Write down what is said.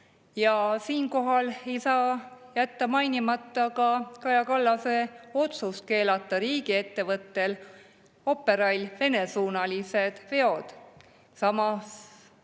Siinkohal ei saa jätta mainimata ka Kaja Kallase otsust keelata riigiettevõttel Operail Vene-suunalised veod. Samas